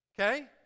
Okay